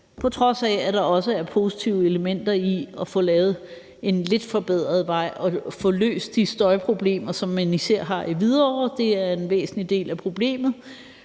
på trods af at der også er positive elementer i at få lavet en lidt forbedret vej og få løst de støjproblemer, som man især har i Hvidovre. Det er en væsentlig del af problemet,